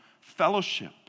fellowship